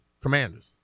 Commanders